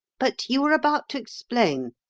but you were about to explain,